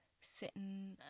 sitting